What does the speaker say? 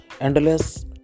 endless